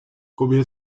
combien